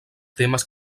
temes